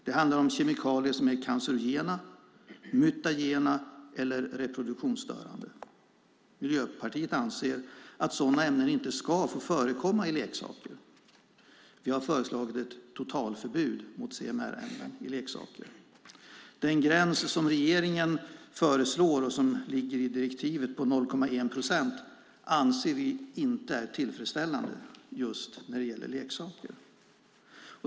Det handlar om kemikalier som är cancerogena, mutagena eller reproduktionsstörande. Miljöpartiet anser att sådana ämnen inte ska få förekomma i leksaker. Vi har föreslagit ett totalförbud mot CMR-ämnen i leksaker. Den gräns på 0,1 procent som regeringen föreslår, och som finns i direktivet, anser vi inte är tillfredsställande just när det gäller leksaker.